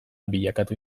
bilakatu